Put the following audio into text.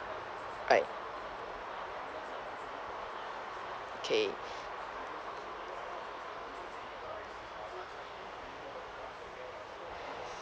right kay